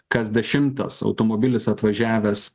kas dešimtas automobilis atvažiavęs